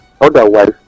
Otherwise